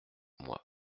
moi